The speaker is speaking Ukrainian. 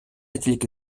тільки